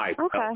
Okay